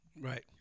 Right